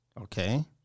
Okay